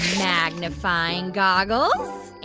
magnifying goggles